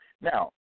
Now